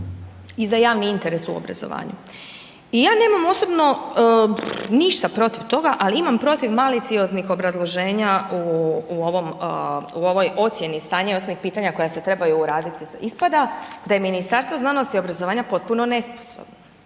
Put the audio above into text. i za javni interes u obrazovanju. Ja nemam osobno ništa protiv toga ali imam protiv malicioznih obrazloženja u ovoj ocjeni stanja i osnovnih pitanja koja se trebaju uraditi, ispada je Ministarstvo znanosti i obrazovanja potpuno nesposobno,